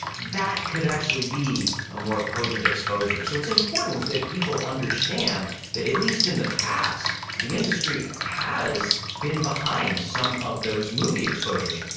that could actually be a more potent exposure. so it's important that people understand that at least in the past the industry has been behind some of those movie exposures.